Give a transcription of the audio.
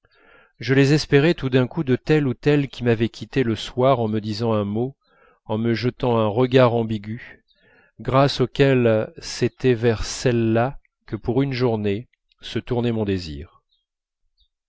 je les espérais tout d'un coup de telle qui m'avait quitté le soir en me disant un mot en me jetant un regard ambigus grâce auxquels c'était vers celle-là que pour une journée se tournait mon désir